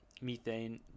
methane